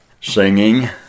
singing